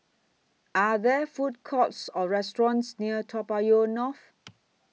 Are There Food Courts Or restaurants near Toa Payoh North